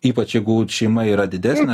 ypač jeigu šeima yra didesnė